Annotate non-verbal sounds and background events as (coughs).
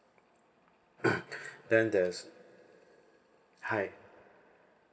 (coughs) then there's hi